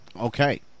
Okay